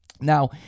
now